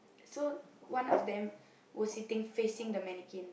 so one of them was sitting facing the mannequin